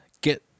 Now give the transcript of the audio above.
get